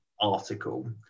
article